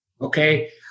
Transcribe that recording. Okay